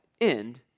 end